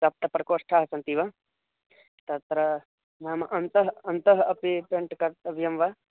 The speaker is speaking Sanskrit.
सप्तप्रकोष्ठाः सन्ति वा तत्र नाम अन्तः अन्तः अपि पेण्ट् कर्तव्यं वा